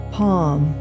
palm